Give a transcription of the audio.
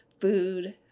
food